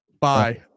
bye